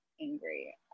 angry